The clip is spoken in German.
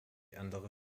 andere